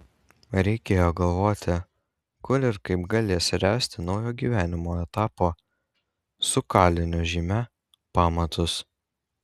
reikėjo galvoti kur ir kaip galės ręsti naujo gyvenimo etapo su kalinio žyme pamatus